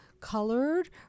colored